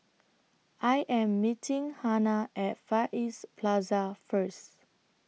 I Am meeting Hanna At Far East Plaza First